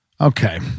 Okay